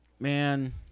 man